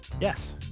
yes